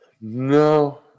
no